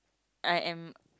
I am